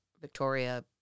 Victoria